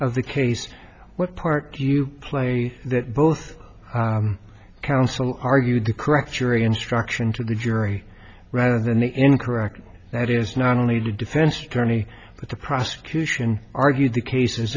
of the case what part do you play that both counsel argued the correct your instruction to the jury rather than incorrectly that is not only the defense attorney but the prosecution argued the case